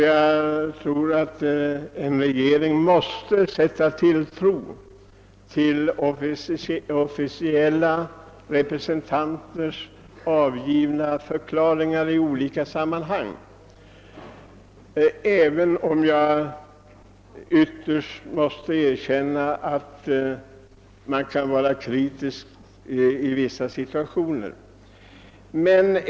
Jag tror att en regering måste sätta tilltro till officiella representanters avgivna förklaringar, även om jag måste erkänna att man bör vara kritisk i vissa situationer.